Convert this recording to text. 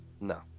no